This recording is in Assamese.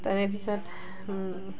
তাৰেপিছত